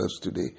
today